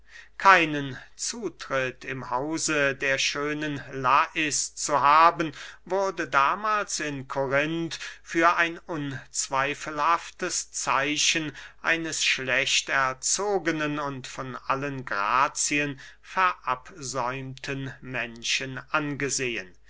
keinen zutritt im hause der schönen lais zu haben wurde damahls in korinth für ein unzweifelhaftes zeichen eines schlecht erzogenen und von allen grazien verabsäumten menschen angesehen